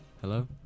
Hello